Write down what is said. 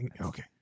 Okay